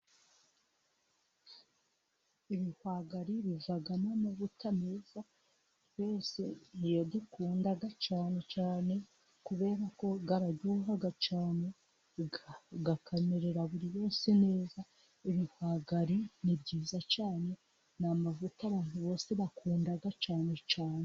Ibihwagari bivamo amavuta meza, twese niyo dukunda cyane cyane, kubera ko araryoha cyane, akamerera buri wese neza, ibihwagari ni byiza cyane, ni amavuta abantu bose bakunda cyane cyane.